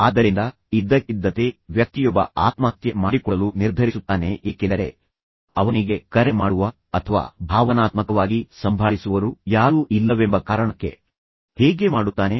ಆದ್ದರಿಂದ ಇದ್ದಕ್ಕಿದ್ದಂತೆ ವ್ಯಕ್ತಿಯೊಬ್ಬ ಆತ್ಮಹತ್ಯೆ ಮಾಡಿಕೊಳ್ಳಲು ನಿರ್ಧರಿಸುತ್ತಾನೆ ಏಕೆಂದರೆ ಅವನಿಗೆ ಕರೆ ಮಾಡುವ ಅಥವಾ ಭಾವನಾತ್ಮಕವಾಗಿ ಸಂಭಾಳಿಸುವವರು ಯಾರು ಇಲ್ಲವೆಂಬ ಕಾರಣಕ್ಕೆ ಹೇಗೆ ಮಾಡುತ್ತಾನೆ